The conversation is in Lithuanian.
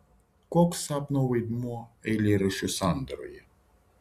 koks sapno vaidmuo eilėraščio sandaroje